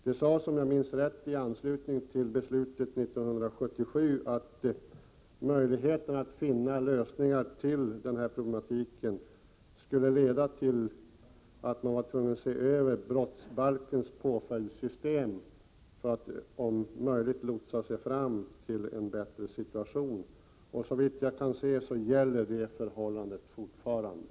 Det sades om jag minns rätt i anslutning till beslutet 1977 att man, för att finna lösningar beträffande denna problematik, skulle bli tvungen att se över brottsbalkens påföljdssystem. På det sättet skulle man om möjligt kunna lotsa sig fram till en bättre situation. Såvitt jag kan se gäller det förhållandet fortfarande.